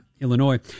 Illinois